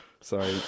Sorry